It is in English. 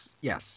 yes